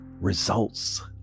results